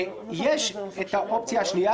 יש את האופציה השנייה,